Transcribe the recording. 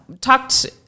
talked